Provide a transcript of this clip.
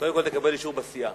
קודם כול תקבל אישור בסיעה,